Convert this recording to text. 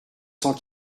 cent